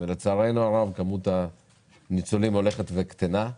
ולצערנו הרב כמות הניצולים הולכת וקטנה.